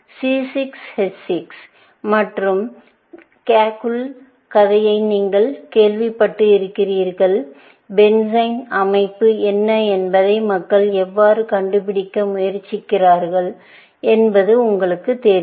C6 H6 மற்றும் கெகுலேவின் கதையை நீங்கள் கேள்விப்பட்டு இருக்க வேண்டும் பென்சீனின் அமைப்பு என்ன என்பதை மக்கள் எவ்வாறு கண்டுபிடிக்க முயற்சிக்கிறார்கள் என்பது உங்களுக்குத் தெரியும்